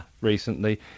recently